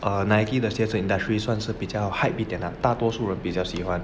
err Nike 的鞋子 industry 算是比较 hype 一点 ah 大多数人比较喜欢